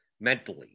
mentally